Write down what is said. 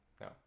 No